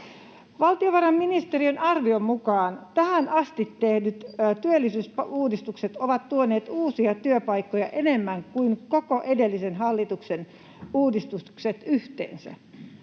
Valtiovarainministeriön arvion mukaan tähän asti tehdyt työllisyysuudistukset ovat tuoneet uusia työpaikkoja enemmän kuin koko edellisen hallituksen uudistukset yhteensä.